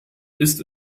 ist